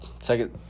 Second